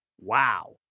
Wow